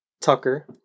Tucker